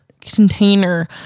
container